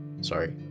Sorry